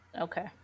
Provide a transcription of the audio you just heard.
Okay